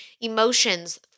emotions